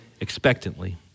expectantly